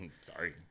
Sorry